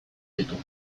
ditu